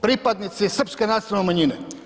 Pripadnici srpske nacionalne manjine.